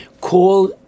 call